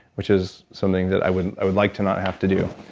which is something that i would i would like to not have to do,